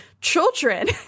children